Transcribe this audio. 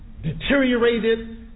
deteriorated